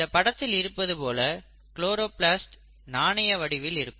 இந்த படத்தில் இருப்பது போல குளோரோபிளாஸ்ட் நாணய வடிவில் இருக்கும்